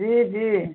जी जी